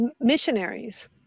missionaries